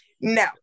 no